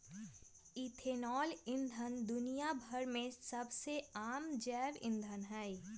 ethanol ईंधन दुनिया भर में सबसे आम जैव ईंधन हई